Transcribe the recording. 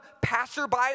passerby